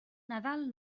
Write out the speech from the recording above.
nadal